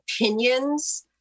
opinions